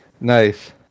Nice